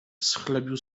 schlebił